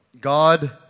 God